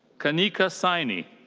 kanika saini.